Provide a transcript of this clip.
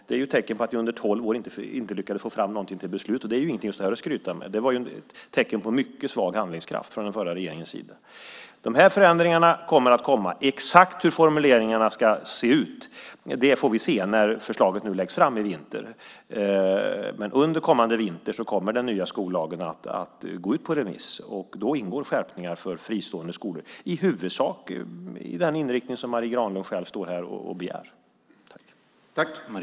Det är ett tecken på att ni inte lyckades få fram någonting till beslut på tolv år, och det är inte någonting att stå här och skryta med. Det är ett tecken på mycket svag handlingskraft från den förra regeringens sida. De här förändringarna kommer. Exakt hur formuleringarna ska se ut får vi se när förslaget läggs fram i vinter. Under kommande vinter kommer den nya skollagen att gå ut på remiss, och då ingår skärpningar för fristående skolor, i huvudsak med den inriktning som Marie Granlund begär här.